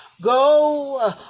Go